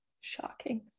Shocking